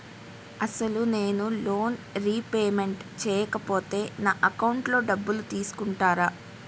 అసలు నేనూ loan repayment చేయకపోతే నా అకౌంట్లో డబ్బులు తీసుకుంటారా?